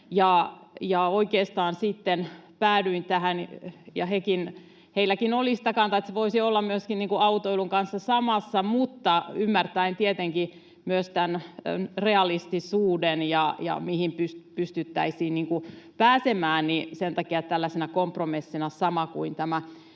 oikeastaan sitten päädyin tähän ja heilläkin oli sitä kantaa, että se voisi olla myöskin autoilun kanssa samassa, ymmärtäen tietenkin myös tämän realistisuuden, mihin pystyttäisiin pääsemään, joten sen takia tällaisena kompromissina sama raja kuin tämä